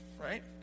right